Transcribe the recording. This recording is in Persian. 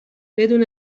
بدون